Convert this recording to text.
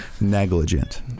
Negligent